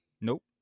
Nope